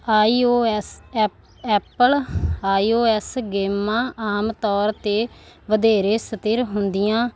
I O S a Apple iOS ਗੇਮਾਂ ਆਮ ਤੌਰ 'ਤੇ ਵਧੇਰੇ ਸਥਿਰ ਹੁੰਦੀਆਂ